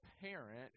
parent